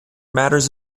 matters